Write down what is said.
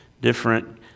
different